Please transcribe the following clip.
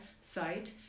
site